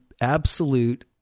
absolute